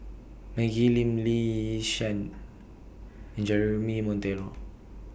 Maggie Lim Lee Yi Shyan and Jeremy Monteiro